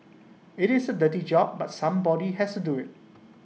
IT is A dirty job but somebody has to do IT